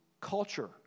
culture